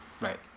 Right